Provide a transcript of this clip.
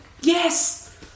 Yes